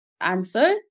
answer